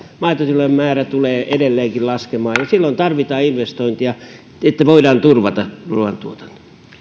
maitotilojen määrä tulee edelleenkin laskemaan ja silloin tarvitaan investointeja että voidaan turvata ruoantuotanto